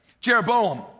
Jeroboam